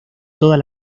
todas